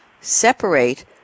separate